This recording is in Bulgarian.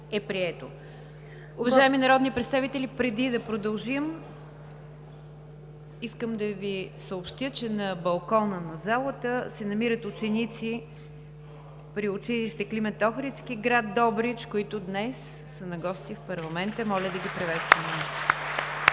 е прието. Уважаеми народни представители, преди да продължим, искам да Ви съобщя, че на балкона на залата се намират ученици от училище „Климент Охридски“ – гр. Добрич, които днес са на гости в Парламента. Моля да ги приветстваме.